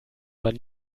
man